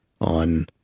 on